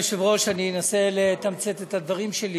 אדוני היושב-ראש, אני אנסה לתמצת את הדברים שלי.